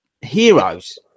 heroes